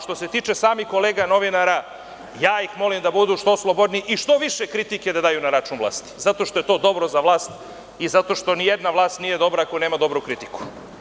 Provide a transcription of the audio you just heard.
Što se tiče samih kolega novinara, ja ih molim da budu što slobodniji i što više kritike da daju na račun vlasti, zato što je to dobro za vlast i zato što ni jedna vlast nije dobra ako nema dobru kritiku.